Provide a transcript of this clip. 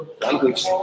Language